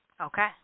Okay